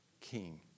king